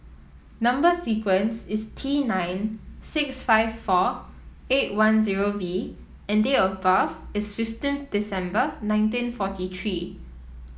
number sequence is T nine six five four eight one zero V and date of birth is fifteen December nineteen forty three